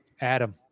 Adam